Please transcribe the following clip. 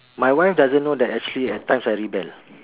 my wife doesn't know that actually at times I rebel